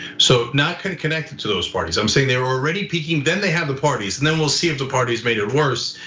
so not kind of connected to those parties, i'm saying they're already peaking, then they have the parties. and then we'll see if the parties made it worse.